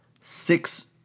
six